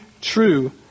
true